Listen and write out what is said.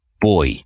Boy